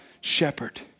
shepherd